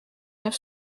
neuf